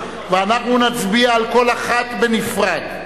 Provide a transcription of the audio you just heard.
ואנחנו נצביע על כל אחת בנפרד.